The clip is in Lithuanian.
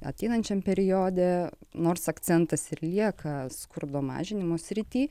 ateinančiam periode nors akcentas ir lieka skurdo mažinimo srityje